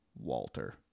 Walter